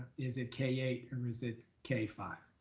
is it k eight or is it k five,